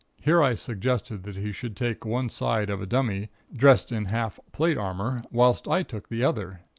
here i suggested that he should take one side of a dummy, dressed in half plate armor, whilst i took the other.